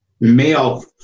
male